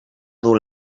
dur